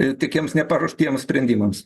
tokiems neparuoštiems sprendimams